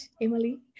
Emily